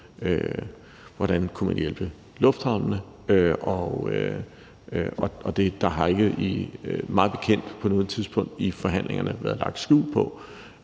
hvordan man kunne hjælpe lufthavnene, og der har mig bekendt ikke på noget tidspunkt i forhandlingerne været lagt skjul på,